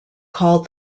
called